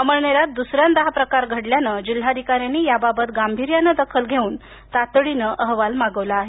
अमळनेरात दुसऱ्यांदा हा प्रकार घडल्यानं जिल्हाधिकाऱ्यांनी याबाबत गांभीर्याने दखल घेऊन तातडीनं अहवाल मागवला आहे